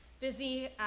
busy